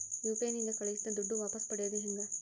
UPI ನಿಂದ ಕಳುಹಿಸಿದ ದುಡ್ಡು ವಾಪಸ್ ಪಡೆಯೋದು ಹೆಂಗ?